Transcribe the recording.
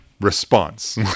response